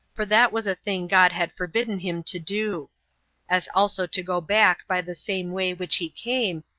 for that was a thing god had forbidden him to do as also to go back by the same way which he came,